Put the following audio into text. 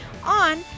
on